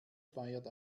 feiert